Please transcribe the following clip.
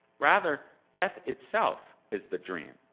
rather death itself is the dream,